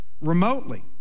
remotely